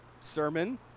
sermon